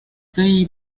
争议